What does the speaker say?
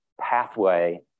pathway